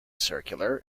circular